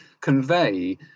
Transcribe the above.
convey